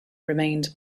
remained